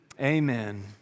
Amen